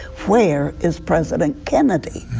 where is president kennedy?